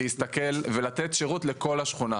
ולתת שירות לכל השכונה.